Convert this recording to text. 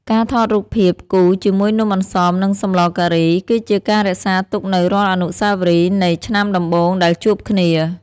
ការថតរូបភាពគូជាមួយនំអន្សម និងសម្លការី គឺជាការរក្សាទុកនូវរាល់អនុស្សាវរីយ៍នៃ "ឆ្នាំដំបូងដែលជួបគ្នា"។